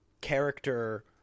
character